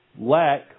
lack